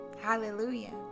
Hallelujah